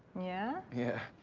yeah? yeah.